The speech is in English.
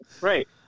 Right